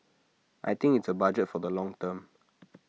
I think it's A budget for the long term